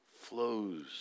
flows